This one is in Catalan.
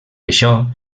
això